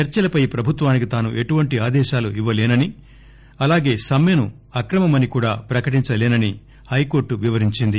చర్పలపై ప్రభుత్వానికి తాను ఎటువంటి ఆదేశాలు ఇవ్వలేనని అలాగే సమ్మెను అక్రమమని కూడా ప్రకటించలేనని హైకోర్టు వివరించింది